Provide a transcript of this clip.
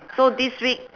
so this week